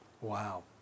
Wow